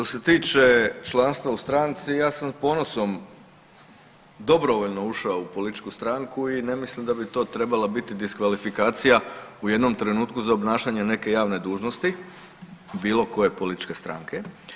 Što se tiče članstva u stranci ja sam ponosom dobrovoljno ušao u političku stranku i ne mislim da bi to trebala biti diskvalifikacija u jednom trenutku za obnašanje neke javne dužnosti, bilo koje političke stranke.